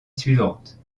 suivante